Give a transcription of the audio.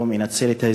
היום אנצל את ההזדמנות,